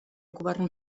govern